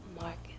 Marcus